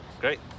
Great